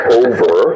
over